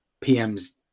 PMs